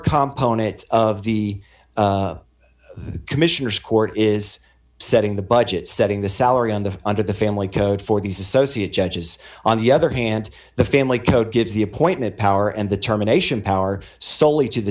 compo nitz of the commissioners court is setting the budget setting the salary on the under the family code for these associate judges on the other hand the family code gives the appointment power and the terminations power soley to the